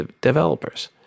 developers